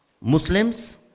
Muslims